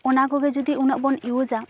ᱚᱱᱟᱠᱚᱜᱮ ᱡᱩᱫᱤ ᱩᱱᱟᱹᱜ ᱵᱚᱱ ᱤᱭᱩᱡᱟ